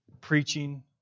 preaching